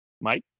Mike